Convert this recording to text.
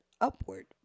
upward